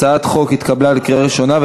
הצעת החוק התקבלה בקריאה ראשונה,